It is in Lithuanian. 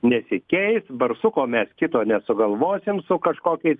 nesikeis barsuko mes kito nesugalvosim su kažkokiais